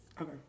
Okay